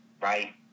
right